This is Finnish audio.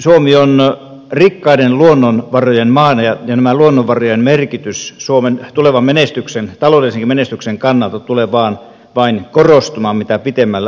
suomi on rikkaiden luonnonvarojen maa ja tämä luonnonvarojen merkitys suomen tulevan menestyksen taloudellisenkin menestyksen kannalta tulee vain korostumaan mitä pitemmälle aikaa kuluu